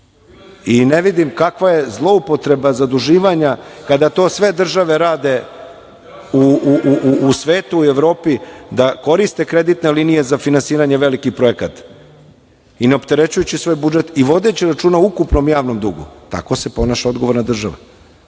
vidim kakva je zloupotreba zaduživanja kada to sve države rade u svetu i Evropi da koriste kreditne linije za finansiranje velikih projekata i ne opterećujući svoj budžet i vodeći računa o ukupnom javnom dugu? Tako se ponaša odgovorna država,